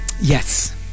Yes